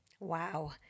Wow